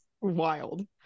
wild